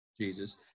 Jesus